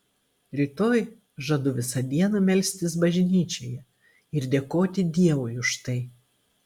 rytoj žadu visą dieną melstis bažnyčioje ir dėkoti dievui už tai